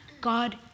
God